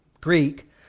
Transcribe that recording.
Greek